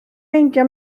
meindio